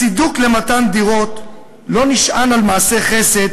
הצידוק למתן דירות לא נשען על מעשה חסד,